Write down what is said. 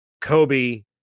Kobe